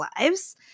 lives